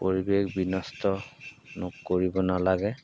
পৰিৱেশ বিনষ্ট কৰিব নালাগে